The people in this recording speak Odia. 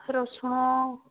ରସୁଣ